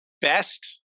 best